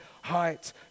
height